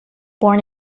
born